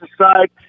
aside